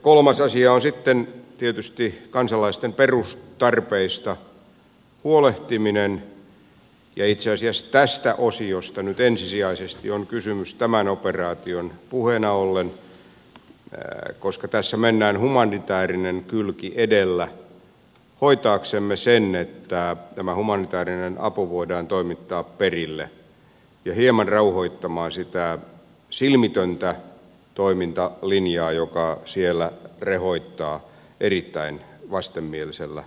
kolmas asia on sitten tietysti kansalaisten perustarpeista huolehtiminen ja itse asiassa tästä osiosta nyt ensisijaisesti on kysymys tämän operaation puheena ollen koska tässä mennään humanitäärinen kylki edellä hoitaaksemme sen että tämä humanitäärinen apu voidaan toimittaa perille ja hieman rauhoittaa sitä silmitöntä toimintalinjaa joka siellä rehottaa erittäin vastenmielisellä tavalla